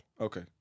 Okay